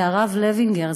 והרב לוינגר,